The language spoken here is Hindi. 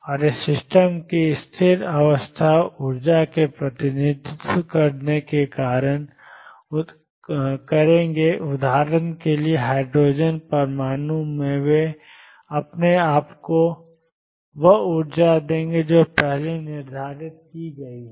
और ये सिस्टम की स्थिर अवस्था ऊर्जा का प्रतिनिधित्व करेंगे उदाहरण के लिए हाइड्रोजन परमाणु में वे आपको वह ऊर्जा देंगे जो पहले निर्धारित की गई है